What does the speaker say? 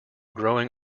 growing